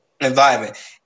environment